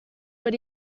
but